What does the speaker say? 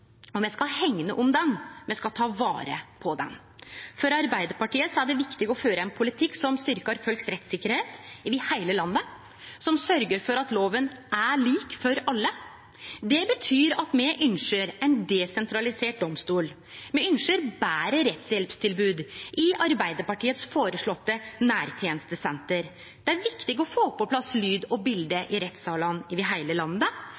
og me skal hegne om han, me skal ta vare på han. For Arbeidarpartiet er det viktig å føre ein politikk som styrkjer folks rettstryggleik over heile landet, og som sørgjer for at loven er lik for alle. Det betyr at me ynskjer ein desentralisert domstol, me ynskjer betre rettshjelpstilbod i Arbeidarpartiets føreslåtte nærtenestesenter. Det er viktig å få på plass lyd og bilde i rettssalane over heile landet,